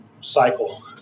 cycle